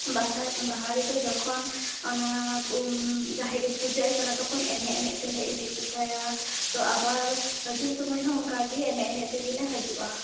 ᱵᱟᱦᱟ ᱵᱟᱦᱟᱨᱮᱫᱚ ᱡᱚᱠᱷᱚᱱ ᱚᱱᱟ ᱡᱟᱦᱮᱨ ᱨᱮ ᱯᱩᱡᱟᱹᱜ ᱮ ᱪᱟᱞᱟᱜ ᱡᱚᱠᱷᱚᱱ ᱮᱱᱮᱡ ᱮᱱᱮᱡ ᱛᱮᱞᱮ ᱤᱫᱤ ᱦᱚᱴᱚᱠᱟᱭᱟ ᱛᱚ ᱟᱵᱟᱨ ᱦᱤᱡᱩᱜ ᱥᱚᱢᱚᱭ ᱦᱚᱸ ᱚᱱᱠᱟᱜᱮ ᱮᱱᱮᱡ ᱮᱱᱮᱡ ᱛᱮᱜᱮᱞᱮ ᱦᱤᱡᱩᱜᱼᱟ